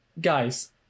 Guys